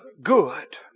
good